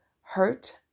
hurt